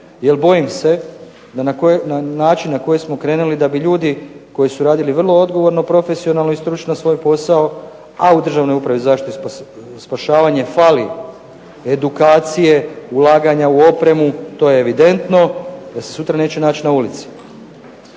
jer bojim se da na način na koji smo krenuli, da bi ljudi koji su radili vrlo odgovorno, profesionalno i stručno svoj posao, a u Državnoj upravi za zaštitu i spašavanje fali edukacije, ulaganja u opremu to je evidentno, da se sutra neće naći na ulici.